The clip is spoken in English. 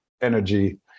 energy